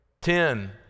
Ten